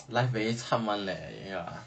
life very cham [one] leh ya